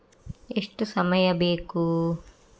ಎಷ್ಟು ಸಮಯ ಬೇಕು?